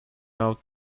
out